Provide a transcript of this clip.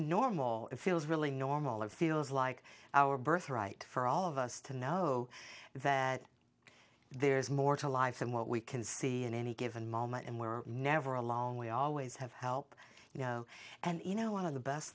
normal it feels really normal it feels like our birthright for all of us to know that there's more to life than what we can see in any given moment and we're never alone we always have help you know and you know one of the best